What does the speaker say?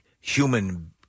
human